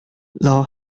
low